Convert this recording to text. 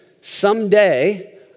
Someday